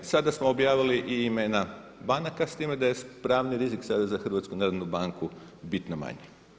Sada smo objavili i imena banaka s time da je pravni rizik sada za HNB bitno manji.